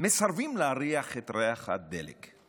מסרבים להריח את ריח הדלק,